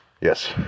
Yes